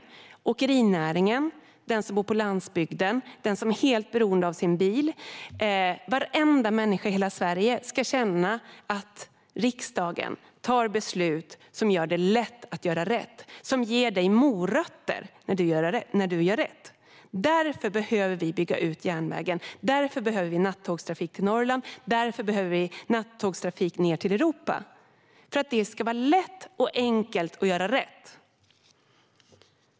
Vi behöver få med oss åkerinäringen, de som bor på landsbygden och de som är helt beroende av sin bil. Varenda människa i hela Sverige ska känna att riksdagen tar beslut som gör det lätt att göra rätt, som ger morötter när man gör rätt. Därför behöver vi bygga ut järnvägen och därför behöver vi nattågstrafik till Norrland och ned till Europa. Det ska vara lätt och enkelt att göra rätt.